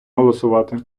голосувати